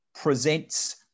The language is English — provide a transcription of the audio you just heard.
presents